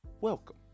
welcome